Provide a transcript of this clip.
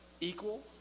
equal